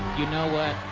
you know what?